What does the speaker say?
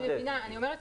אני מבינה.